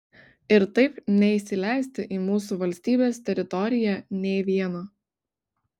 ir taip neįsileisti į mūsų valstybės teritoriją nė vieno